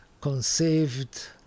conceived